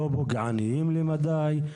לא פוגעניים מדיי,